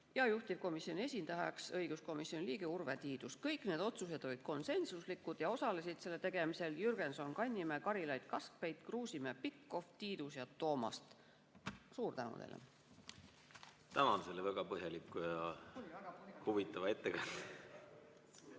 ja juhtivkomisjoni esindajaks õiguskomisjoni liige Urve Tiidus. Kõik need otsused olid konsensuslikud ja osalesid nende tegemisel Jürgenson, Kannimäe, Karilaid, Kaskpeit, Kruusimäe, Pikhof, Tiidus ja Toomast. Suur tänu teile! Tänan selle väga põhjaliku ja huvitava ettekande